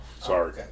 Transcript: sorry